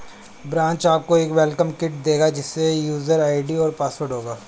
branch आपको एक welcome kit देगा जिसमे यूजर आई.डी और पासवर्ड होगा